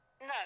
No